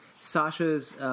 Sasha's